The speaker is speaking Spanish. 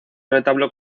retablo